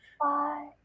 Bye